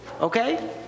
okay